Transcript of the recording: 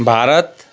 Bharat